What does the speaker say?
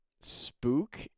spook